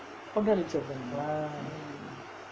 கோடாரி சாப்:kodaari chaap